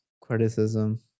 criticism